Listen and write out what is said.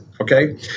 Okay